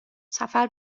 سفر